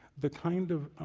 the kind of